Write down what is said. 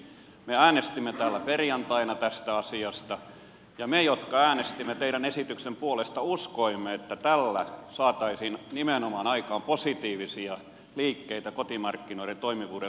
me äänestimme täällä perjantaina tästä asiasta ja me jotka äänestimme teidän esityksenne puolesta uskoimme että tällä saataisiin nimenomaan aikaan positiivisia liikkeitä kotimarkkinoiden toimivuuden lisäämiseksi